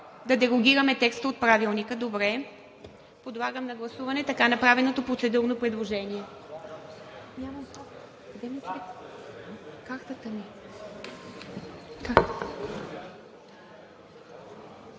Да дерогираме текста от Правилника? Добре. Подлагам на гласуване така направеното процедурно предложение.